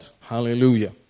Hallelujah